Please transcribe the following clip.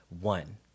One